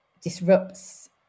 disrupts